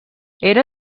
era